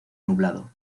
nublado